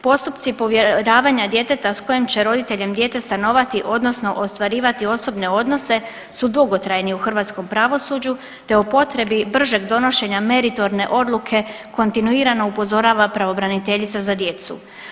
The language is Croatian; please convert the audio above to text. Postupci povjeravanja djeteta s kojim će roditeljem dijete stanovati, odnosno ostvarivati osobne odnose su dugotrajni u hrvatskom pravosuđu te o potrebi bržeg donošenja meritorne odluke kontinuirano upozorava pravobraniteljica za djecu.